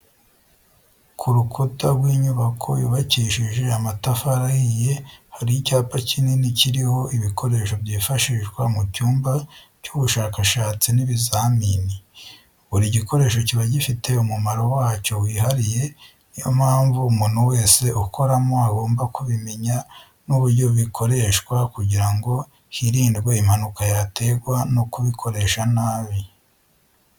Ku rukuta rw'inyubako yubakishije amatafari ahiye, hari icyapa kikini kiriho ibikoresho byifashishwa mu cyumba cy'ubushakashatsi n'ibizamini, buri gikoresho kiba gifite umumaro wacyo wihariye, niyo mpamvu umuntu wese ukoramo agomba kubimenya n'uburyo bikoreshwa kugira ngo hirindwe impanuka yaterwa no kubikoresa nabi.